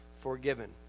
forgiven